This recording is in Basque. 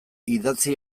idatzi